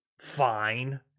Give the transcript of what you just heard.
fine